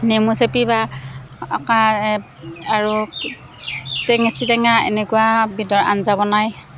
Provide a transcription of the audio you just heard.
নেমু চেপি বা আৰু টেঙেচি টেঙা এনেকোৱা বিধৰ আঞ্জা বনাই